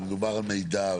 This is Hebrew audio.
מדובר על מידע.